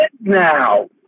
now